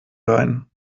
sein